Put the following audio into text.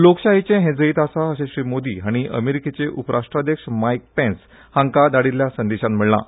लोकशायेचें हें जैत आसा अशें श्री मोदी हांणी अमेरिकेचे उप राष्ट्राध्यक्ष मायक पॅन्स हांकां धाडिल्ल्या संदेशांत म्हणलां